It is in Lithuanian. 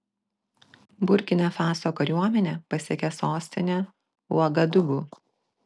burkina faso kariuomenė pasiekė sostinę uagadugu